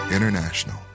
International